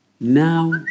Now